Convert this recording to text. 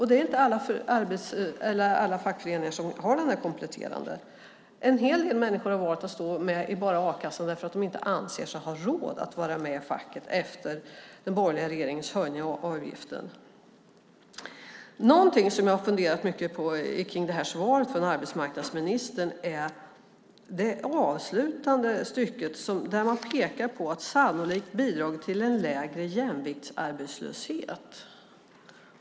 Det är inte alla fackföreningar som har de här kompletterande försäkringarna. En hel del människor har valt att bara vara med i a-kassan därför att de inte anser sig ha råd att vara med i facket efter den borgerliga regeringens höjning av avgiften. Någonting som jag har funderat mycket på i svaret från arbetsmarknadsministern är det avslutande stycket, där man pekar på att det "sannolikt har bidragit till en lägre jämviktsarbetslöshet".